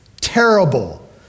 terrible